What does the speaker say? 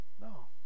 No